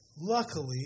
Luckily